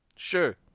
Sure